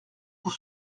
pour